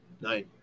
Nine